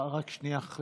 רק שנייה,